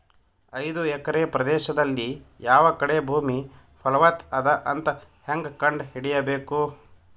ಐದು ಎಕರೆ ಪ್ರದೇಶದಲ್ಲಿ ಯಾವ ಕಡೆ ಭೂಮಿ ಫಲವತ ಅದ ಅಂತ ಹೇಂಗ ಕಂಡ ಹಿಡಿಯಬೇಕು?